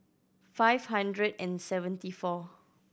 five hundred and seventy four